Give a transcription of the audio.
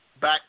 back